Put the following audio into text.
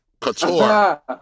Couture